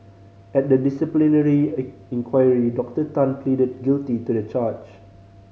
at the disciplinary inquiry Doctor Tan pleaded guilty to the charge